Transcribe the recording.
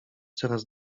coraz